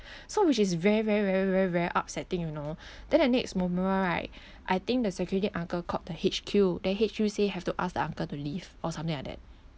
so which is very very very very very upsetting you know then the next moment right I think the security uncle called the H_Q then H_Q say have to ask the uncle to leave or something like that